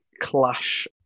clash